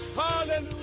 Hallelujah